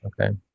Okay